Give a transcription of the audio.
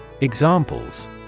Examples